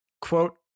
quote